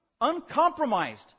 Uncompromised